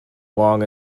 long